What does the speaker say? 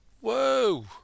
Whoa